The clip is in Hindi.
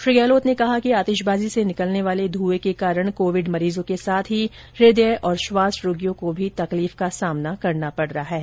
श्री गहलोत ने कहा कि आतिशबाजी से निकलने वाले धुएं के कारण कोविड मरीजों के साथ ही हृदय और श्वास रोगियों को भी तकलीफ का सामना करना पड़ता है